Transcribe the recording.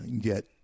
get